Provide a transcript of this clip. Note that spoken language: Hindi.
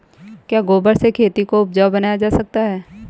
क्या गोबर से खेती को उपजाउ बनाया जा सकता है?